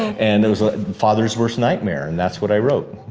and it was a father's worst nightmare. and that's what i wrote.